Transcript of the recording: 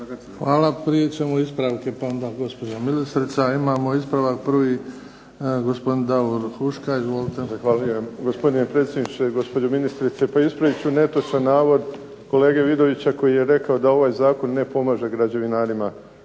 Hvala. Prije ćemo ispravke, pa onda gospođa ministrica. Imamo ispravak prvi, gospodin Huška. Izvolite. **Huška, Davor (HDZ)** Hvala. Gospodine predsjedniče, gospođo ministrice. Ispravit ću netočan navod kolege Vidovića koji je rekao da ovaj Zakon ne pomaže građevinarima.